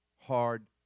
hard